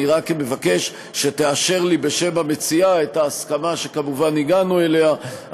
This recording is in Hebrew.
אני רק מבקש שתאשר לי בשם המציעה את ההסכמה שכמובן הגענו אליה,